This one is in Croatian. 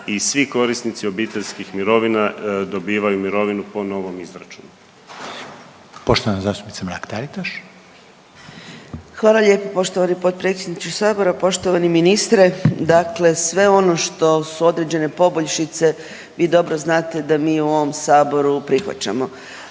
i svi korisnici obiteljskih mirovina dobivaju mirovinu po novom izračunu. **Reiner, Željko (HDZ)** Poštovana zastupnica Mrak-Taritaš. **Mrak-Taritaš, Anka (GLAS)** Hvala lijepo poštovani potpredsjedniče sabora. Poštovani ministre, dakle sve ono što su određene poboljšice vi dobro znate da mi u ovom saboru prihvaćamo.